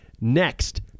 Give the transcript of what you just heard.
Next